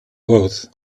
both